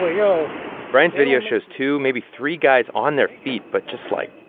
yo brian's video shows two, maybe three guys on their feet but just, like,